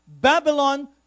Babylon